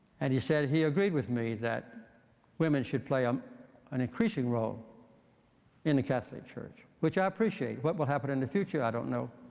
and he said he agreed with me that women should play um an increasing role in the catholic church, which i appreciate. what will happen in the future, i don't know.